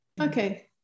okay